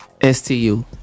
S-T-U